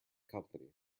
company